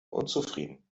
unzufrieden